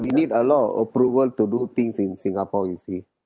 we need a lot of approval to do things in singapore you see